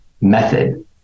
method